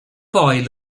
boy